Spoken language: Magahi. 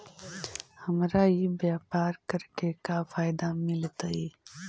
हमरा ई व्यापार करके का फायदा मिलतइ?